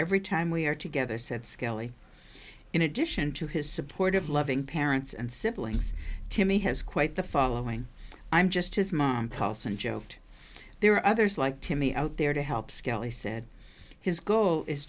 every time we are together said skelly in addition to his supportive loving parents and siblings timmy has quite the following i'm just his mom calls and joked there are others like to me out there to help skelly said his goal is